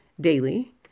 daily